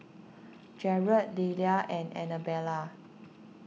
Jerad Lelia and Anabella